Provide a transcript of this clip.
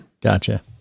gotcha